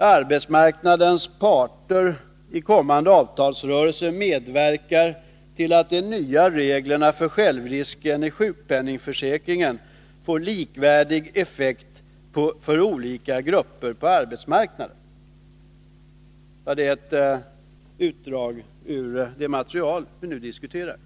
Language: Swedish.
arbetsmarknadens parter i kommande avtalsrörelse medverkar till att de nya reglerna för självrisken i sjukpenningförsäkringen får likvärdig effekt för olika grupper på arbetsmarknaden. Det är ett utdrag ur det material vi nu diskuterar.